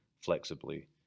flexibly